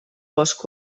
bosc